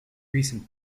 recent